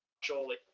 surely